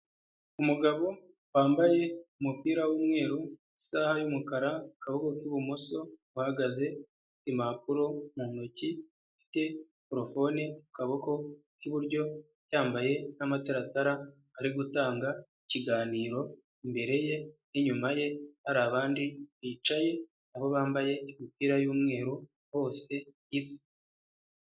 Umugabo wambaye umupira w'umweru isaha y'umukara akaboko k'ibumoso uhagaze impapuro mu ntoki afite mikorofone ku kaboko k'iburyo yambaye n'amataratara ari gutanga ikiganiro imbere ye n'inyuma ye hari abandi bicaye aho bambaye imipira y'umweru hose isa.